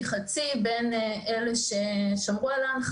אני גם מצטער על ההבנה שנתניהו הרבה מאוד פעמים לא